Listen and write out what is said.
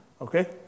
okay